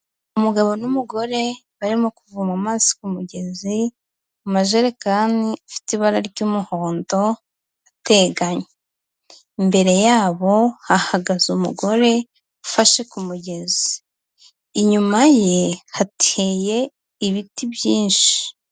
Umugabo n'umugore barimo kuvoma amazi ku mugezi mu majerekani afite ibara ry'umuhondo ateganye, imbere yabo hahagaze umugore ufashe ku mugezi, inyuma ye hateye ibiti byinshi.